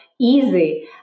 easy